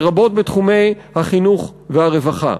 לרבות בתחומי החינוך והרווחה.